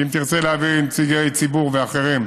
ואם תרצה להעביר לנציגי ציבור ואחרים,